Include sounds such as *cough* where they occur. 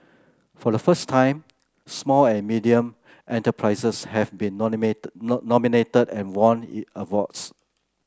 for the first time small and medium enterprises have been *unintelligible* nominated and won awards